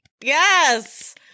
yes